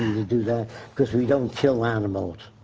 to do that because we don't kill animals.